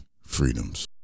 freedoms